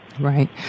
Right